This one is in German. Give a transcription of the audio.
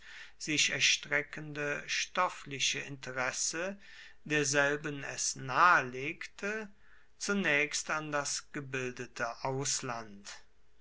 sich erstreckende stoffliche interesse derselben es nahelegte zunaechst an das gebildete ausland